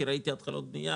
כי ראיתי התחלות בנייה,